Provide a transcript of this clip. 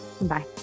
Bye